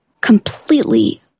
completely